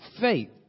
faith